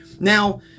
Now